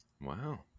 Wow